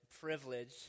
privilege